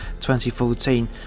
2014